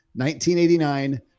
1989